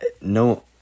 no